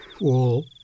wall